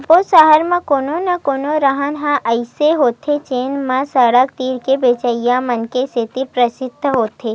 सब्बो सहर म कोनो न कोनो रद्दा ह अइसे होथे जेन म सड़क तीर के बेचइया मन के सेती परसिद्ध होथे